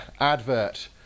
advert